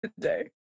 Today